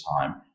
time